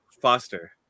Foster